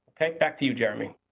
back to you, jeremy.